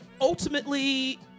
ultimately